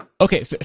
okay